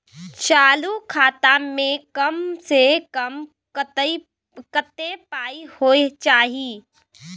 चालू खाता में कम से कम कत्ते पाई होय चाही?